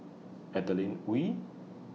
Adeline Ooi